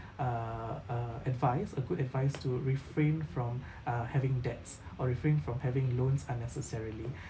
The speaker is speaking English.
a a advice a good advice to refrain from uh having debts or refrain from having loans unnecessarily